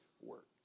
work